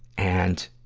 and,